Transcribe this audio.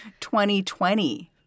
2020